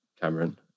Cameron